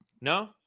No